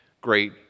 great